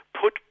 put